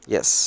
Yes